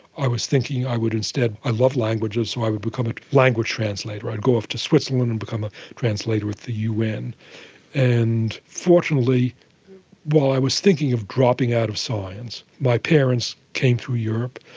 i was thinking i would instead, i love languages, so i would become a language translator, i'd go off to switzerland and become a translator at the un. and fortunately while i was thinking of dropping out of science, my parents came through europe,